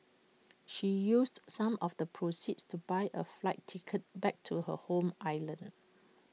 she used some of the proceeds to buy A flight ticket back to her home island